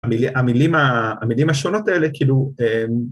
‫המילים השונות האלה, כאילו...